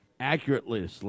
Accurately